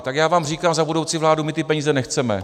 Tak já vám říkám za budoucí vládu, že my ty peníze nechceme.